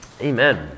Amen